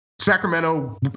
Sacramento